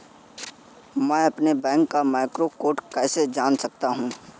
मैं अपने बैंक का मैक्रो कोड कैसे जान सकता हूँ?